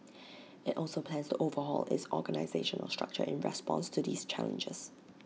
IT also plans to overhaul its organisational structure in response to these challenges